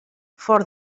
for